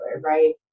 right